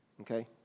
Okay